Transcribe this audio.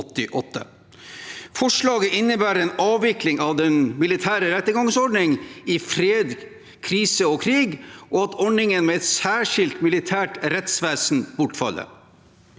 Forslaget innebærer en av vikling av den militære rettergangsordning i fred, krise og krig, og at ordningen med et særskilt militært rettsvesen bortfaller.